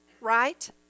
right